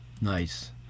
Nice